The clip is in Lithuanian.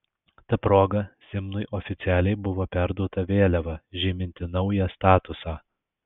ta proga simnui oficialiai buvo perduoda vėliava žyminti naują statusą